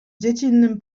dziecinnym